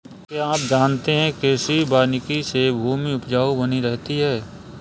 क्या आप जानते है कृषि वानिकी से भूमि उपजाऊ बनी रहती है?